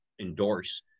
endorse